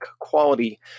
quality